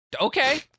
Okay